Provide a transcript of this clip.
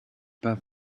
pas